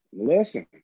Listen